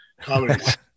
comedies